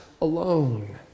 alone